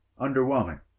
Underwhelming